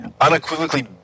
unequivocally